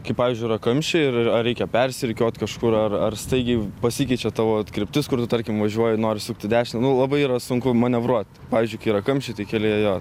kai pavyzdžiui yra kamščiai ir ar reikia persirikiuot kažkur ar ar staigiai pasikeičia tavo kryptis kur tu tarkim važiuoji nori sukt į dešinę nu labai yra sunku manevruot pavyzdžiui kai yra kamščiai tai kelyje jo